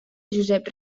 josep